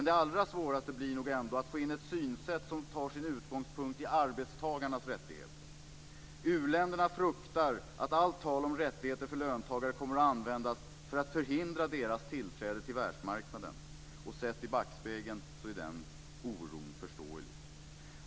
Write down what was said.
Det allra svåraste blir att få in ett synsätt som tar sin utgångspunkt i arbetstagarnas rättigheter. U-länderna fruktar att allt tal om rättigheter för löntagare kommer att användas för att förhindra deras tillträde till världsmarknaden. Sett i backspegeln är den oron förståelig.